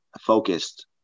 focused